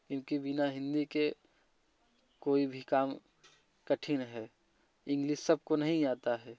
क्योंकि बिना हिंदी के कोई भी काम कठिन है इंग्लिश सबको नहीं आता है